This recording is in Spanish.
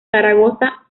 zaragoza